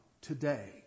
today